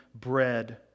bread